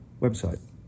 website